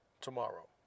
tomorrow